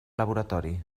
laboratori